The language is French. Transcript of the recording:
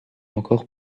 encore